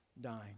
dying